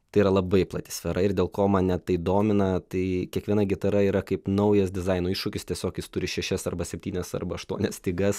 tai yra labai plati sfera ir dėl ko mane tai domina tai kiekviena gitara yra kaip naujas dizaino iššūkis tiesiog jis turi šešias arba septynias arba aštuonias stygas